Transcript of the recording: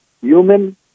human